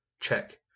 check